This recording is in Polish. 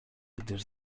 gdyż